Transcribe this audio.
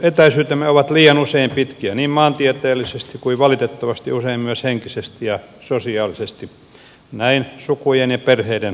etäisyytemme ovat liian usein pitkiä niin maantieteellisesti kuin valitettavasti usein myös henkisesti ja sosiaalisesti näin sukujen ja perheiden kohdalla